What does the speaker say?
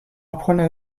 apprendre